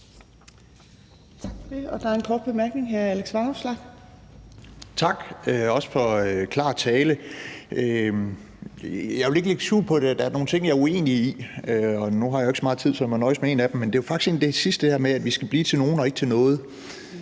Kl. 12:19 Alex Vanopslagh (LA): Tak. Også tak for klar tale. Jeg vil ikke lægge skjul på, at der er nogle ting, jeg er uenig i. Nu har jeg jo ikke så meget tid, så jeg må nøjes med en af dem. Det gælder faktisk noget af det sidste med, at vi skal blive til nogen og ikke til noget.